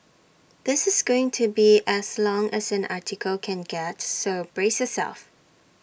this is going to be as long as an article can get so brace yourself